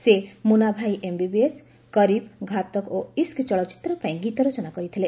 ସେ ମୁନାଭାଇ ଏମ୍ବିବିଏସ୍ କରିବ୍ ଘାତକ ଓ ଇସ୍କ୍ ଚଳଚ୍ଚିତ୍ର ପାଇଁ ଗୀତ ରଚନା କରିଥିଲେ